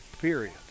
period